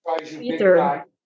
Peter